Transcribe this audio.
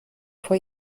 vor